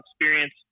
experience